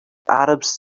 arabs